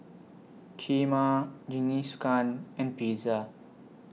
Kheema Jingisukan and Pizza